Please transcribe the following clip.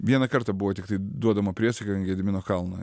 vieną kartą buvo tiktai duodama priesaika ant gedimino kalno